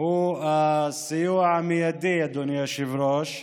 הוא הסיוע המיידי, אדוני היושב-ראש,